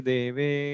Deve